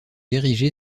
érigée